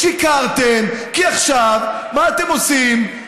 שיקרתם, כי עכשיו מה אתם עושים?